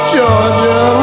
Georgia